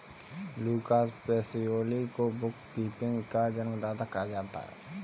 Lucas Pacioli को bookkeeping का जन्मदाता कहा जाता है